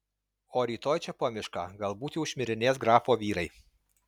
o rytoj čia po mišką galbūt jau šmirinės grafo vyrai